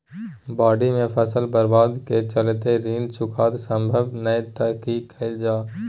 बाढि में फसल बर्बाद के चलते ऋण चुकता सम्भव नय त की कैल जा?